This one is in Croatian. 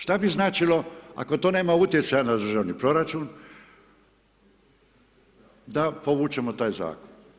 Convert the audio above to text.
Šta bi značilo ako to nema utjecaja na državni proračun, da povučemo taj zakon?